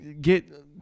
get